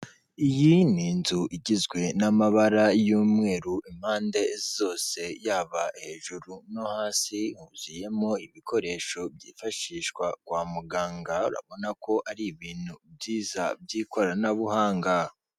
Iyi ni inzu igizwe n'amabara y'umweru, impande zose yaba hejuru no hasi huzuyemo ibikoresho byifashishwa kwa muganga, urabona ko ari ibintu byiza by'ikoranabuhanga.